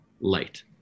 Light